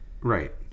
Right